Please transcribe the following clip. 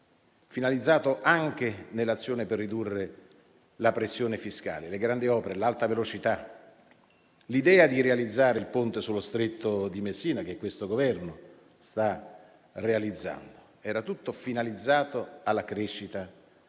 finalizzato, anche all'azione per ridurre la pressione fiscale, alle grandi opere, all'alta velocità, all'idea di realizzare il Ponte sullo Stretto di Messina, che questo Governo sta realizzando, alla crescita